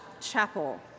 chapel